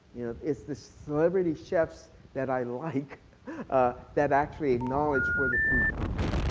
is the celebrity chef that i like ah that actually acknowledged where the food comes from.